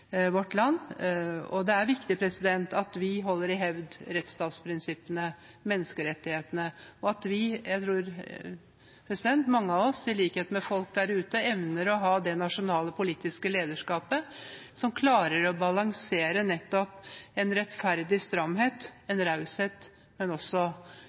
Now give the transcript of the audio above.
og det er viktig at vi holder i hevd rettsstatsprinsippene og menneskerettighetene. Jeg tror mange av oss, i likhet med det folk der ute ønsker, evner å ha det nasjonale politiske lederskapet som klarer å balansere nettopp en rettferdig stramhet og en raushet, og også